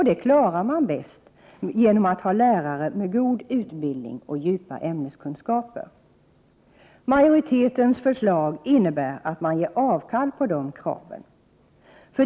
Det klarar man bäst genom att ha lärare med god utbildning och djupa ämneskunskaper. Majoritetens förslag innebär att man ger avkall på de kraven.